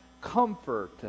comfort